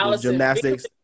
gymnastics